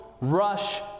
rush